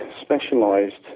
specialised